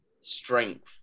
strength